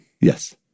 Yes